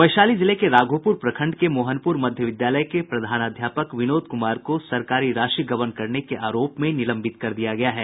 वैशाली जिले के राघोपुर प्रखंड के मोहनपुर मध्य विद्यालय के प्रधानाध्यापक विनोद कुमार को सरकारी राशि गबन करने के आरोप में निलंबित कर दिया गया है